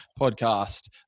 podcast